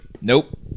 Nope